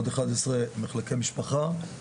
עוד אחד עשר מחלקי משפחה.